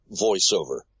voiceover